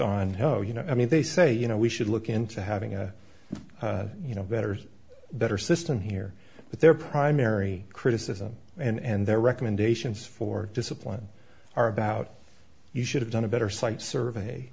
whoa you know i mean they say you know we should look into having a you know better better system here but their primary criticism and their recommendations for discipline are about you should have done a better site survey